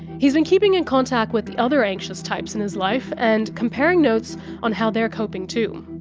he's been keeping in contact with the other anxious types in his life and comparing notes on how they are coping too.